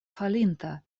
falinta